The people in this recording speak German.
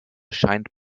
scheint